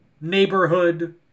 Neighborhood